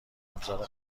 ابزار